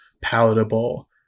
palatable